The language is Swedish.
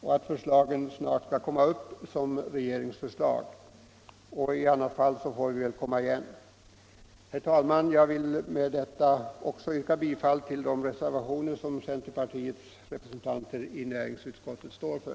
och att förslagen snart skall komma upp som regeringsförslag. I annat fall får vi väl komma igen. Herr talman! Jag yrkar med dessa ord bifall till de reservationer som centerpartiets representanter i näringsutskottet står för.